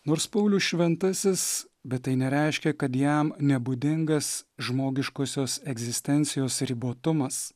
nors paulius šventasis bet tai nereiškia kad jam nebūdingas žmogiškosios egzistencijos ribotumas